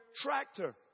tractor